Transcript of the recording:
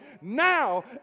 Now